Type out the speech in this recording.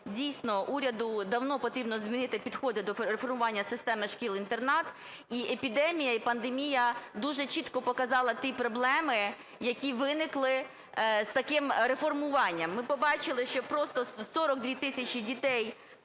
дійсно, уряду давно потрібно змінити підходи до реформування системи шкіл-інтернатів. І епідемія, і пандемія дуже чітко показала ті проблеми, які виникли з таким реформуванням. Ми побачили, що просто 42 тисячі дітей